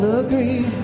agree